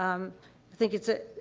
um think it's a,